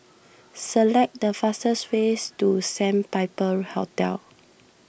select the fastest ways to Sandpiper Hotel